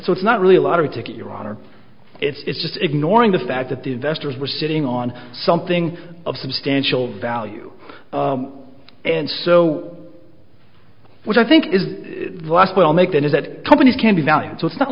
so it's not really a lottery ticket your honor it's just ignoring the fact that the investors were sitting on something of substantial value and so what i think is the last we'll make then is that companies can be valued so it's not